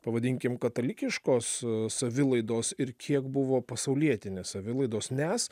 pavadinkim katalikiškos savilaidos ir kiek buvo pasaulietinės savilaidos nes